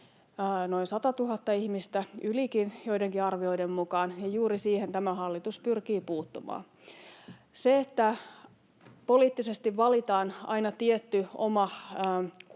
noin 100 000 ihmistä, ylikin joidenkin arvioiden mukaan, ja juuri siihen tämä hallitus pyrkii puuttumaan. Se, että poliittisesti valitaan aina tietty oma